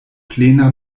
plena